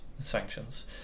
sanctions